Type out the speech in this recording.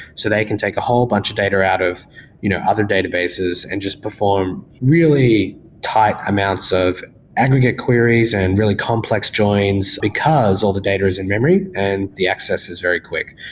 so they can take a whole bunch of data out of you know other databases and just perform really tight amounts of aggregate queries and really complex joins because all the data is in-memory and the access is very quick.